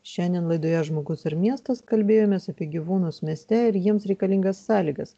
šiandien laidoje žmogus ir miestas kalbėjomės apie gyvūnus mieste ir jiems reikalingas sąlygas